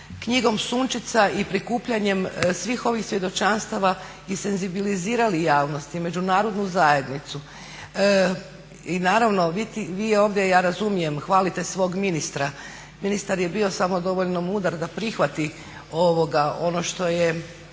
knjigom Sunčica i prikupljanjem svih ovih svjedočanstva i senzibilizirali javnost i Međunarodnu zajednicu. I naravno vi ovdje, ja razumijem, hvalite svog ministra. Ministar je bio samo dovoljno mudar da prihvati ono što je